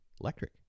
electric